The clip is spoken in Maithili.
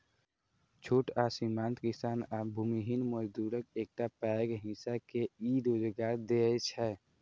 छोट आ सीमांत किसान आ भूमिहीन मजदूरक एकटा पैघ हिस्सा के ई रोजगार दै छै